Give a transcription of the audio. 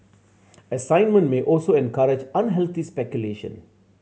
assignment may also encourage unhealthy speculation